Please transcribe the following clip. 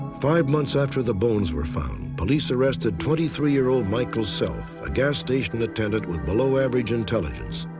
five months after the bones were found, police arrested twenty three year old michael self, a gas station attendant with below average intelligence.